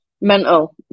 Mental